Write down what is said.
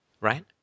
right